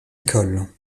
école